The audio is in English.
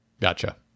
Gotcha